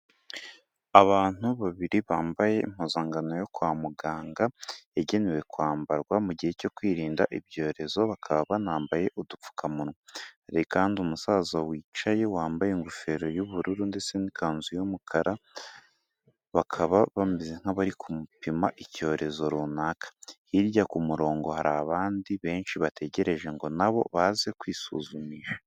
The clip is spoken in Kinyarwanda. Abantu babiri bambaye impuzankano yo kwa muganga, yagenewe kwambarwa mu gihe cyo kwirinda ibyorezo bakaba banambaye udupfukamunwa, hari kandi umusaza wicaye wambaye ingofero y'ubururu ndetse n'ikanzu y'umukara, bakaba bameze nk'abari kumupima icyorezo runaka, hirya ku murongo hari abandi benshi bategereje ngo na bo baze kwisuzumisha.